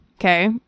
okay